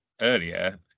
earlier